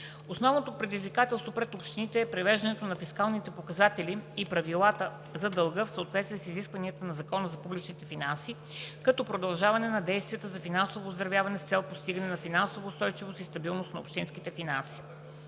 Основно предизвикателство пред общините e привеждане на фискалните показатели и правилата за дълга в съответствие с изискванията на Закона за публичните финанси, както и продължаване на действията за финансово оздравяване с цел постигане на финансова устойчивост и стабилност на общинските финанси.